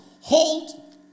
Hold